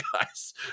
guys